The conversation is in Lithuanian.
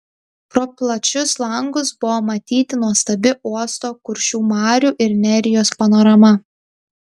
pro plačius langus buvo matyti nuostabi uosto kuršių marių ir nerijos panorama